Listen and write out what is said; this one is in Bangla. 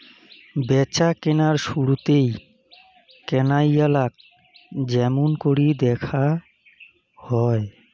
ব্যাচাকেনার শুরুতেই কেনাইয়ালাক য্যামুনকরি দ্যাখা হয়